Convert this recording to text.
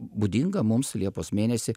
būdinga mums liepos mėnesį